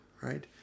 right